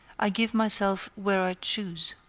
i give myself where i choose.